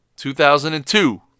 2002